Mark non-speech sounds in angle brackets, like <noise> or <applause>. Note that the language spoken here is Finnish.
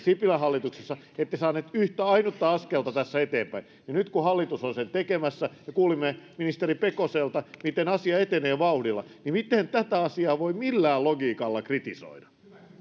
<unintelligible> sipilän hallituksessa ette saanut yhtä ainutta askelta tässä eteenpäin kun hallitus on sen nyt tekemässä ja kuulimme ministeri pekoselta miten asia etenee vauhdilla niin miten tätä asiaa voi millään logiikalla kritisoida